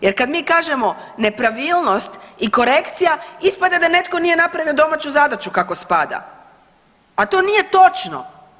Jer kad mi kažemo nepravilnost i korekcija ispada da netko nije napravio domaću zadaću kako spada, a to nije točno.